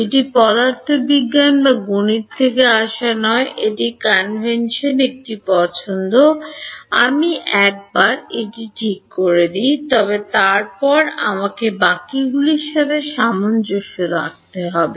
এটি পদার্থবিজ্ঞান বা গণিত থেকে আসা নয় এটি কনভেনশন একটি পছন্দ আমি একবার এটি ঠিক করে দিই তবে তারপরে আমাকে বাকীগুলির সাথে সামঞ্জস্য থাকতে হবে